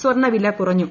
സ്വർണ്ണവില കുറഞ്ഞു